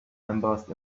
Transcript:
embossed